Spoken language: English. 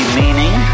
meaning